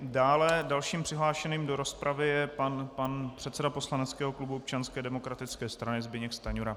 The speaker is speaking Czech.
Dále, dalším přihlášeným do rozpravy je pan předseda poslaneckého klubu Občanské demokratické strany Zbyněk Stanjura.